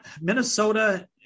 Minnesota